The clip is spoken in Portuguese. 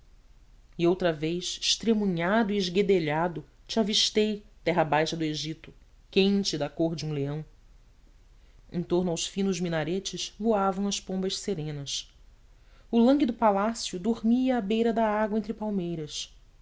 e outra vez estremunhado e esguedelhado te avistei terra baixa do egito quente e da cor de um leão em tomo aos finos minaretes voavam as pombas serenas o lânguido palácio dormia à beira da água entre palmeiras